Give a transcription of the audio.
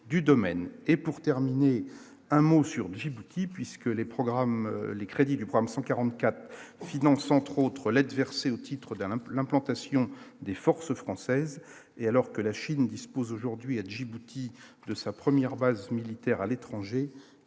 et pour terminer, un mot sur Djibouti, puisque les programmes, les crédits du problème 144 finance entre autres l'aide versée au titre d'un peu l'implantation des forces françaises et alors que la Chine dispose aujourd'hui à Djibouti de sa première base militaire à l'étranger,